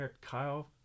Kyle